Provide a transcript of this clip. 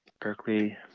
Berkeley